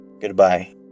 Goodbye